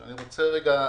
היושב-ראש,